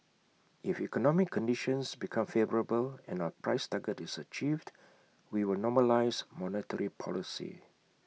if economic conditions become favourable and our price target is achieved we will normalise monetary policy